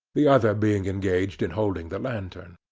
the other being engaged in holding the lantern.